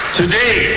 today